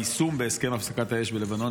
היישום בהסכם הפסקת האש בלבנון,